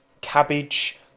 Cabbage